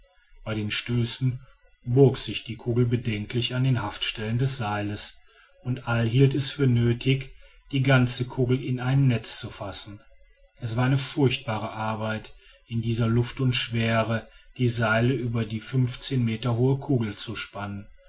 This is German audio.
bei den stößen bog sich die kugel bedenklich an der haftstelle des seiles und all hielt es für nötig die ganze kugel in ein netz zu fassen es war eine furchtbare arbeit in dieser luft und schwere die seile über die fünfzehn meter hohe kugel zu spannen